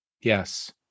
Yes